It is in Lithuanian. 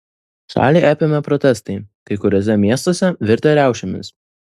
šalį apėmė protestai kai kuriuose miestuose virtę riaušėmis